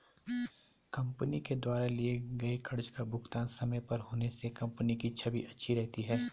company के द्वारा लिए गए कर्ज का भुगतान समय पर होने से कंपनी की छवि अच्छी रहती है